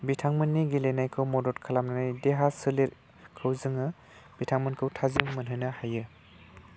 बिथांमोननि गेलेनायखौ मदद खालामनानै देहा सोलेरखौ जोङो बिथांमोनखौ थाजिम मोनहोनो हायो